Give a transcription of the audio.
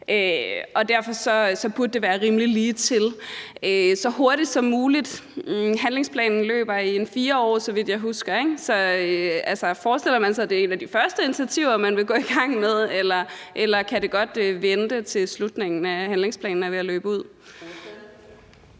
derfor burde det være rimelig ligetil. Så hurtigt som muligt, siger man. Handlingsplanen løber over ca. 4 år, så vidt jeg husker, ikke? Så forestiller ordføreren sig, at det er et af de første initiativer, man vil gå i gang med, eller kan det godt vente til slutningen, altså til handlingsplanen er ved at løbe ud?